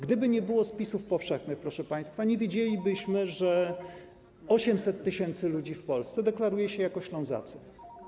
Gdyby nie było spisów powszechnych, proszę państwa, nie wiedzielibyśmy, że 800 tys. ludzi w Polsce deklaruje się jako Ślązacy.